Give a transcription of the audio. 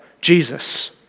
Jesus